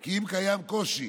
כי אם קיים קושי